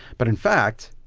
but in fact,